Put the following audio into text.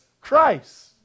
Christ